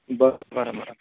बरं बरं बरं